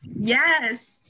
Yes